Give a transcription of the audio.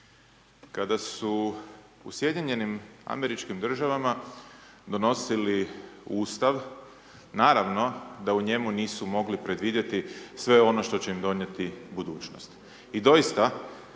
kada su u SAD-u donosili ustav naravno da u njemu nisu mogli predvidjeti sve ono što će im donijeti budućnost